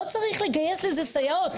לא צריך לגייס לזה סייעות.